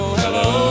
hello